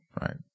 right